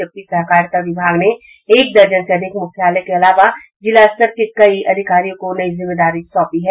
जबकि सहकारिता विभाग ने एक दर्जन से अधिक मुख्यायल के अलावा जिलास्तर के कई अधिकारियों को नई जिम्मेदारी सौंपी है